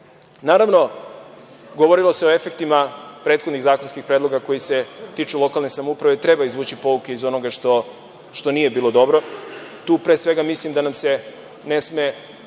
govorilo se o efektima prethodnih zakonskih predloga koji se tiču lokalne samouprave i treba izvući pouke iz onoga što nije bilo dobro. Tu pre svega mislim da nam se ne sme